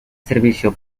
servicio